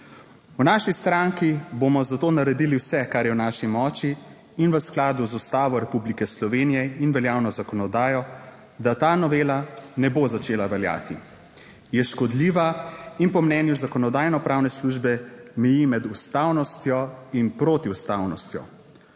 V naši stranki bomo zato naredili vse, kar je v naši moči in v skladu z Ustavo Republike Slovenije in veljavno zakonodajo, da ta novela ne bo začela veljati. Je škodljiva in po mnenju Zakonodajno-pravne službe na meji med ustavnostjo in protiustavnostjo.